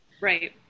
right